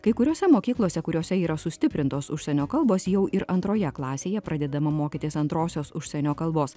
kai kuriose mokyklose kuriose yra sustiprintos užsienio kalbos jau ir antroje klasėje pradedama mokytis antrosios užsienio kalbos